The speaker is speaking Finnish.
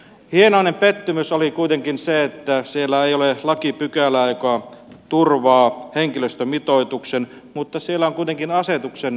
hienoinen pettymys oli kuitenkin se että siellä ei ole lakipykälää joka turvaa henkilöstömitoituksen mutta siellä on kuitenkin asetuksenantovaltuus